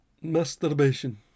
Masturbation